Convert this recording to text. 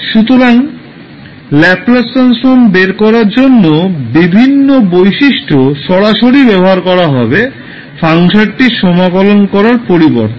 সুতরাং Laplace transform বের করার জন্য বিভিন্ন বৈশিষ্ট্য সরাসরি ব্যবহার করা যাবে ফাংশনটির সমাকলন করার পরিবর্তে